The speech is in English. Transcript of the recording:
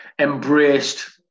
Embraced